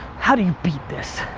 how do you beat this?